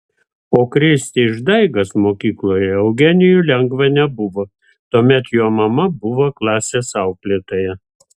o krėsti išdaigas mokykloje eugenijui lengva nebuvo tuomet jo mama buvo klasės auklėtoja